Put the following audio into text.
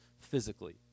physically